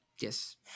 Yes